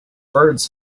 birds